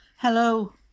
Hello